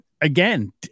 Again